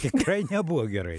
tikrai nebuvo gerai